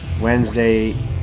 Wednesday